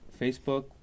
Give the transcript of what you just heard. Facebook